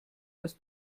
das